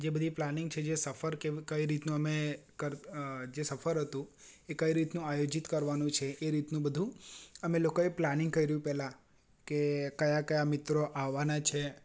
જે બધી પ્લાનિંગ છે જે સફર કે કઈ રીતનો અમે જે સફર હતું એ કઈ રીતનું આયોજિત કરવાનું છે એ રીતનું બધું અમે લોકોએ પ્લાનિંગ કર્યું પહેલા કે કયા કયા મિત્રો આવવાના છે